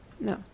No